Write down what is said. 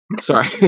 Sorry